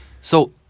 So-